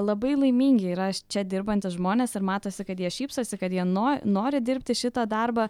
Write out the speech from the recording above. labai laimingi yra čia dirbantys žmonės ir matosi kad jie šypsosi kad jie no nori dirbti šitą darbą